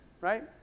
right